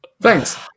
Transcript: Thanks